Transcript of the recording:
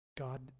God